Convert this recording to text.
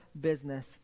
business